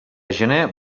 gener